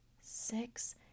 six